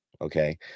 okay